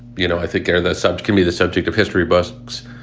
you know, i think are the subject me, the subject of history but books.